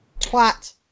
Twat